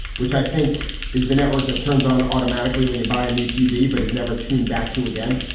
which i think is the network that turns on automatically when you buy a new tv but is never tuned back to again,